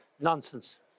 Nonsense